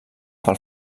pel